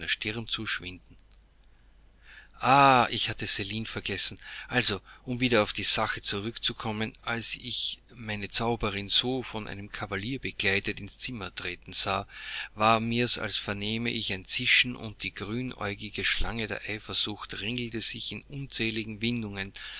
zu schwinden ah ich hatte celine vergessen also um wieder auf die sache zurückzukommen als ich meine zauberin so von einem kavalier begleitet ins zimmer treten sah war mir's als vernähme ich ein zischen und die grünäugige schlange der eifersucht ringelte sich in unzähligen windungen